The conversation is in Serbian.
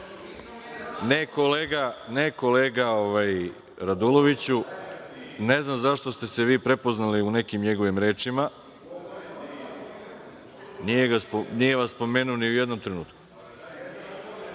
)Ne, kolega Raduloviću, ne znam zašto ste se vi prepoznali u nekim njegovim rečima, nije vas spomenuo ni u jednom trenutku.(Saša